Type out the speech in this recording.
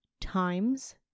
times